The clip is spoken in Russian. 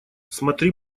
смотри